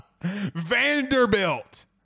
Vanderbilt